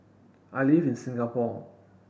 I live in Singapore